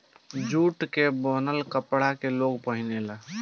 jute के बनल कपड़ा के लोग पहिने ले